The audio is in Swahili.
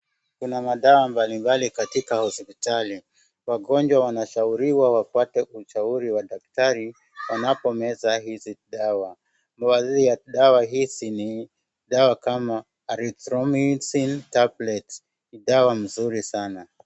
Kuna madawa mbalimbali katika hospitali. Wagonjwa wanashauriwa wapate ushauri wa daktari wanapomeza hizi dawa. Dawa hizi ni dawa kama Azithromycin Tablet ni dawa mzuri sana.